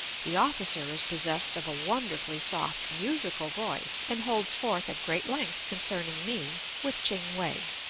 the officer is possessed of a wonderfully soft, musical voice, and holds forth at great length concerning me, with ching-we.